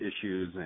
issues